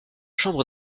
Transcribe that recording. chambre